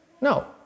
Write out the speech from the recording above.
No